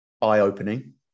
eye-opening